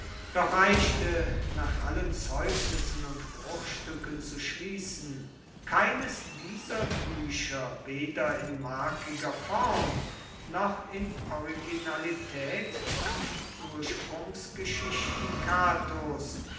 doch reichte nach allen zeugnissen und bruchstücken zu schließen keines dieser bücher weder in markiger form noch in originalität an die ursprungsgeschichten catos